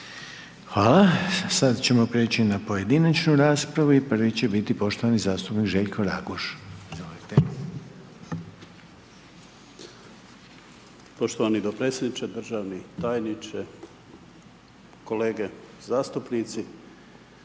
Hvala. Sada ćemo prijeći na pojedinačnu raspravu i prvi će biti poštovani zastupnik Željko Raguž, izvolite. **Raguž, Željko (HDZ)** Poštovani dopredsjedniče, državni tajniče, kolege zastupnici,